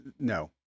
No